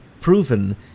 proven